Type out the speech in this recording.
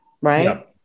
right